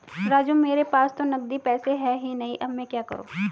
राजू मेरे पास तो नगदी पैसे है ही नहीं अब मैं क्या करूं